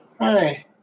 hi